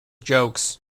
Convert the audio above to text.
jokes